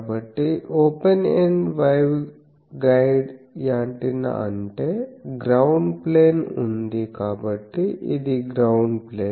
కాబట్టి open end waveguide antenna అంటే ground plane ఉంది కాబట్టి ఇది గ్రౌండ్ ప్లేన్